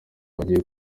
bagiye